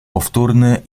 powtórny